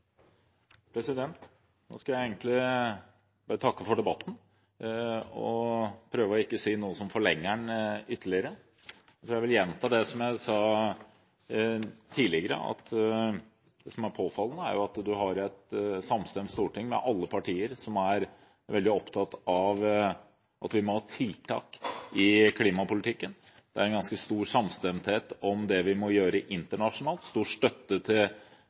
Nå skal jeg bare takke for debatten, og prøve å ikke si noe som forlenger den ytterligere. Jeg vil gjenta det jeg sa tidligere i dag, at det som er påfallende, er at man har et samstemt storting, med alle partiene, som er veldig opptatt av at vi må ha tiltak i klimapolitikken. Det er en ganske stor samstemmighet om det vi må